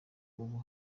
ubu